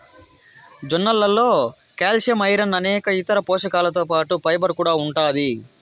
జొన్నలలో calcium, iron అనేక ఇతర పోషకాలతో పాటు ఫైబర్ కూడా ఉంటాది